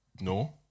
no